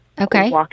Okay